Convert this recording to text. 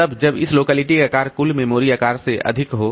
तब जब इस लोकेलिटी का आकार कुल मेमोरी आकार से अधिक हो